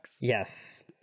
Yes